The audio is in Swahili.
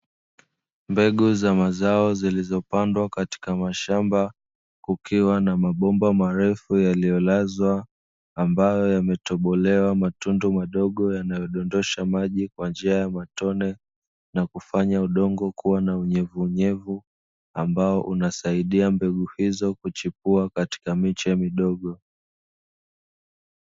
Mbegu za mazao zilizopandwa katika mashamba kukiwa na mabomba marefu yaliyolazwa ambayo yametobolewa matundu madogo yanayodondosha maji kwa njia ya matone na kufanya udongo kuwa na unyevuunyevu ambao unasaidia mbegu hizo kuchipua katika miche midogo.